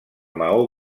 maó